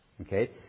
Okay